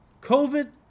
COVID